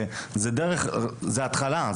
זו התחלה,.